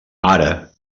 ara